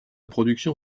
production